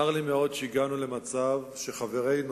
צר לי מאוד שהגענו למצב שחברינו